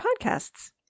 podcasts